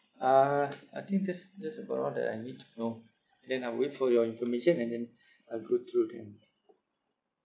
uh I think that's that's about all that I need to know then I will wait for your information and then I'll go through again